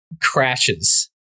crashes